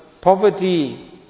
poverty